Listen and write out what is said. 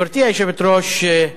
גברתי היושבת-ראש,